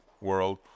world